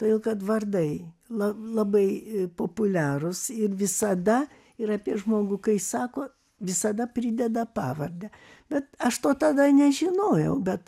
todėl kad vardai la labai populiarūs ir visada ir apie žmogų kai sako visada prideda pavardę bet aš to tada nežinojau bet